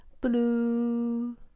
Blue